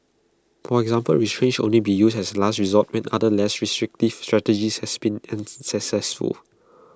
for example restraints should only be used as A last resort when other less restrictive strategies has been unsuccessful